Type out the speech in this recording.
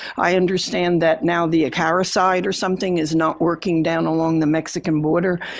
i understand that now the parasite or something is not working down along the mexican border,